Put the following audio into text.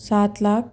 سات لاکھ